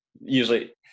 Usually